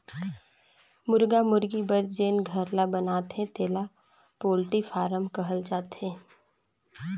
मुरगा मुरगी बर जेन घर ल बनाथे तेला पोल्टी फारम कहल जाथे